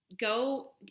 go